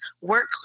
work